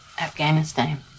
Afghanistan